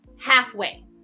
halfway